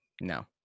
No